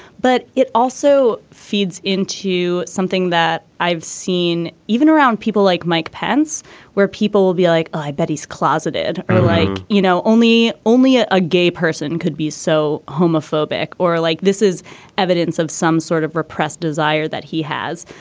but it also feeds into something that i've seen even around people like mike pence where people will be like oh i bet he's closeted like you know only only a ah gay person could be so homophobic or like this is evidence of some sort of repressed desire that he has.